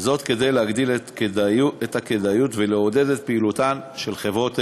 כדי להגדיל את הכדאיות ולעודד את פעילותן של חברות אלה.